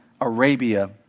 Arabia